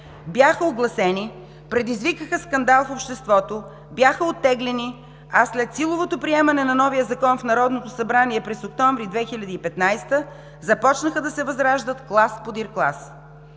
бяха огласени, предизвикаха скандал в обществото, бяха оттеглени, а след силовото приемане на новия закон в Народното събрание през октомври 2015 г. започнаха да се възраждат клас подир клас.